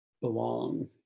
belong